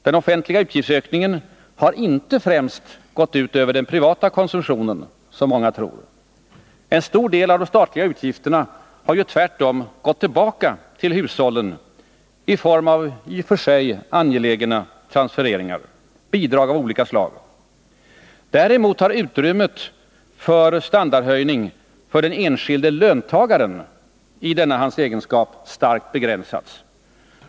Den offentliga utgiftsökningen har inte främst gått ut över den privata konsumtionen, såsom många tror. En stor del har tvärtom gått tillbaka till hushållen i form av i och för sig angelägna transfereringar — bidrag av olika slag. Däremot har utrymmet för standardhöjning för den enskilde löntagaren i denna hans egenskap starkt begränsats.